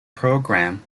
programme